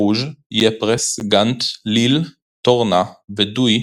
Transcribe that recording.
ברוז', יפרס, גנט, ליל, טורנה ודואי